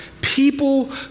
people